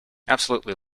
absolutely